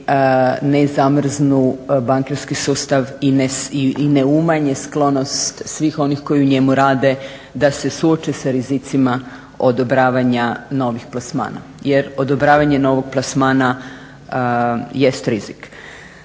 ne zamrznu bankarski sustav i ne umanje sklonost svih onih koji u njemu rade, da se suoče sa rizicima odobravanja novih plasmana jer odobravanje novog plasmana jest rizik